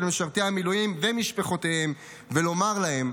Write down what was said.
משרתי המילואים ומשפחותיהם ולומר להם: